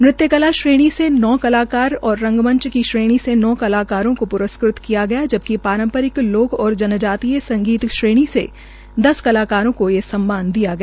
नृत्य कला श्रेणी में नौ कलाकार और रंगमंच की श्रेणी से नौ कलाकार को पुरस्कृत किया गया जबकि पारस्पिरक लोक और जनजातीय संगीत श्रेणी के दस कलाकारों को ये सम्मान दिया गया